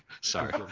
sorry